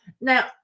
Now